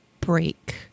break